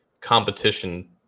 competition